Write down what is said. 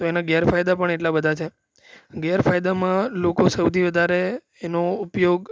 તો એના ગેરફાયદા પણ એટલા બધા છે ગેરફાયદામાં લોકો સૌથી વધારે એનો ઉપયોગ